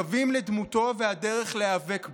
קווים לדמותו והדרך להיאבק בו".